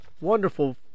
wonderful